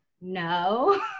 no